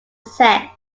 sex